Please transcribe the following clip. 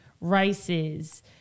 rices